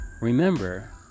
remember